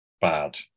bad